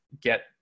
get –